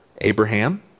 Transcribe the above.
Abraham